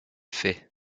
faits